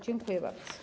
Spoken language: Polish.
Dziękuję bardzo.